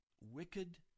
Wicked